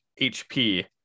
HP